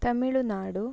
Tamil Nadu